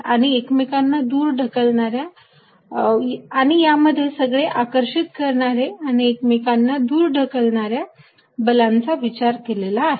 आणि यामध्ये सगळे आकर्षित करणारे आणि एकमेकांना दूर ढकलणाऱ्या बलांचा विचार केलेला आहे